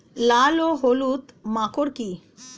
লাল ও হলুদ মাকর কী?